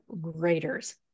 graders